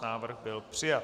Návrh byl přijat.